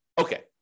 Okay